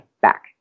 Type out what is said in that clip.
back